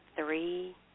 three